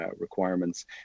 requirements